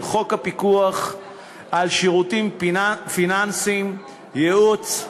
חוק הפיקוח על שירותים פיננסיים (ייעוץ,